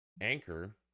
Anchor